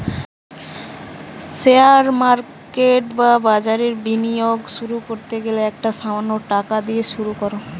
share market বা বাজারে বিনিয়োগ শুরু করতে গেলে একটা সামান্য টাকা দিয়ে শুরু করো